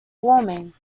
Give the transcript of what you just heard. warming